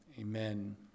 amen